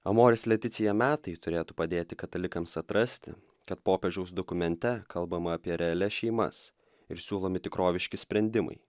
amoris leticija metai turėtų padėti katalikams atrasti kad popiežiaus dokumente kalbama apie realias šeimas ir siūlomi tikroviški sprendimai